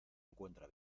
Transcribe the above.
encuentra